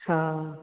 हाँ